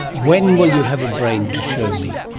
when will you have a brain to show me?